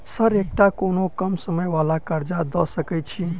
Sir एकटा कोनो कम समय वला कर्जा दऽ सकै छी?